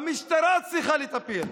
המשטרה צריכה לטפל.